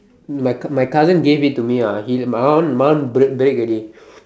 like my cousin gave it to me ah he my one my one break break already